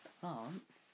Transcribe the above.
plants